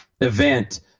event